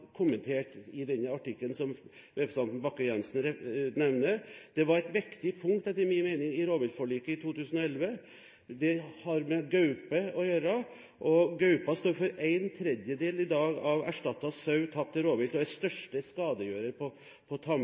kommentert i den artikkelen som representanten Bakke-Jensen nevner, var et viktig punkt, etter min mening, i rovviltforliket i 2011. Det har med gaupe å gjøre. Gaupa står i dag for en tredjedel av erstattet sau tapt til rovvilt og er største skadegjører på